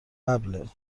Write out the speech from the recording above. قبله